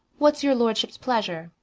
what's your lordship's pleasure?